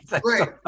Great